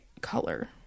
color